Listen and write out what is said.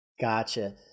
Gotcha